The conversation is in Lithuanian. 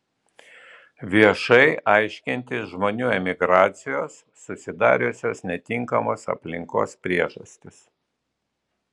viešai aiškintis žmonių emigracijos susidariusios netinkamos aplinkos priežastis